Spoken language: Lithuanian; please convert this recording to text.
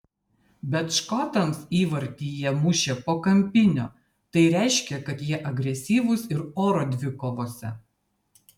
bet škotams įvartį jie mušė po kampinio tai reiškia kad jie agresyvūs ir oro dvikovose